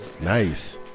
Nice